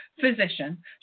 physician